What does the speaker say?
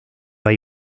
hay